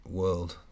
world